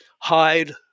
hide